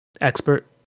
Expert